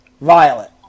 Violet